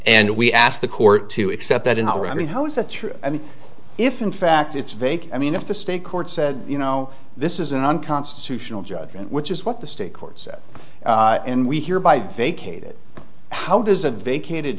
and we ask the court to accept that in our i mean how is that true i mean if in fact it's vague i mean if the state court said you know this is an unconstitutional judgment which is what the state courts and we hear by vacate it how